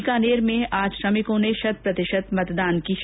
बीकानेर में आज श्रमिकों ने शत प्रतिशत मतदान की शपथ ली